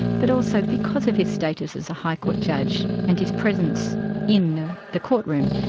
but also because of his status as a high court judge and his presence in the the courtroom.